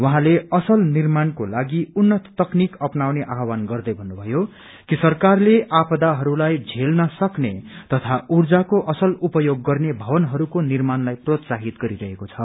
उहाँले असल निर्माणकोलागि उन्नत तकनीक अपनाउने आहवान गर्दै भन्नुभयो कि सरकारले आपदाहस्लाई श्रेल्न सक्ने तथा ऊर्जाको असल उपयोग गर्ने भवनहरूको निर्माणलाई प्रोत्साहित गरिरहेको छ